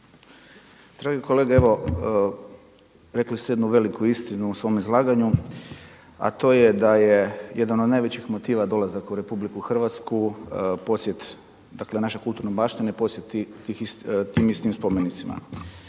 Dragi kolega evo rekli ste jednu veliku istinu u svom izlaganju a to je da je jedan od najvećih motiva dolazak u RH posjet, dakle naša kulturna baština i posjet tim istim spomenicima.